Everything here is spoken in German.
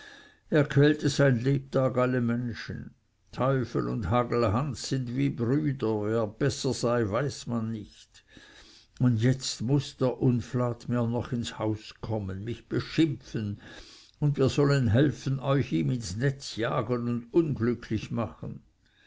er quälte sein lebtag alle menschen teufel und hagelhans sind wie brüder wer besser sei weiß man nicht und jetzt muß der unflat mir noch ins haus kommen mich beschimpfen und wir sollen helfen euch ihm ins netz jagen und unglücklich machen